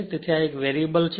તેથી આ એક વેરીએબલ છે